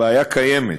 הבעיה קיימת.